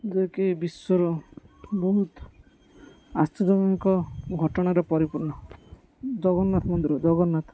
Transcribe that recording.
ଯେକି ବିଶ୍ୱର ବହୁତ ଆଶ୍ଚର୍ଯ୍ୟଜନକ ଘଟଣାର ପରିପୂର୍ଣ୍ଣ ଜଗନ୍ନାଥ ମନ୍ଦିର ଜଗନ୍ନାଥ